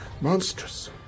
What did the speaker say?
Monstrous